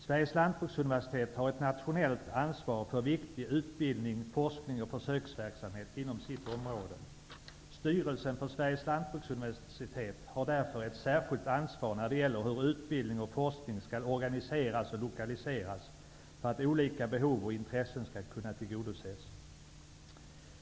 Sveriges lantbruksuniversitet har ett nationellt ansvar för viktig utbildning, forskning och försöksverksamhet inom sitt område. Styrelsen för Sveriges lantbruksuniversitet har därför ett särskilt ansvar för hur utbildning och forskning skall organiseras och lokaliseras för att olika behov och intressen skall kunna tillgodoses.